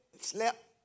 slept